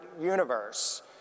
universe